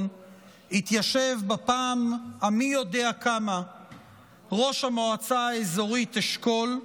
התיישב בפעם המי יודע כמה ראש המועצה האזורית אשכול,